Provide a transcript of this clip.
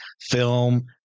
film